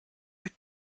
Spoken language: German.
weg